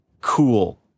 cool